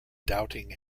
doubting